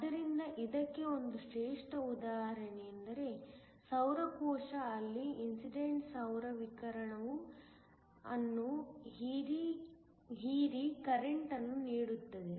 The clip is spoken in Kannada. ಆದ್ದರಿಂದ ಇದಕ್ಕೆ ಒಂದು ಶ್ರೇಷ್ಠ ಉದಾಹರಣೆಯೆಂದರೆ ಸೌರ ಕೋಶ ಅಲ್ಲಿ ಇನ್ಸಿಡೆಂಟ್ ಸೌರ ವಿಕಿರಣವು ಅನ್ನು ಹೀರಿ ಕರೆಂಟ್ ಅನ್ನು ನೀಡುತ್ತದೆ